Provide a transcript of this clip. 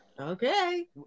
Okay